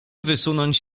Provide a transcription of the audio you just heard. wysunąć